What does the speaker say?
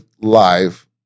Live